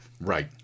Right